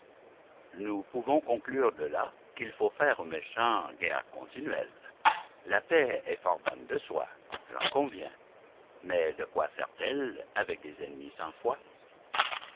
nous pouvons conclure de là qu'il faut faire aux méchants guerre continuelle la paix est fort bonne de soi j'en conviens mais de quoi sert-elle avec des ennemis sans foi